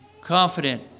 confident